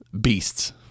beasts